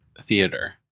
theater